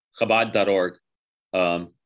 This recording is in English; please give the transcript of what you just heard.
Chabad.org